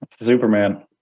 Superman